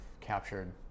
captured